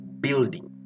building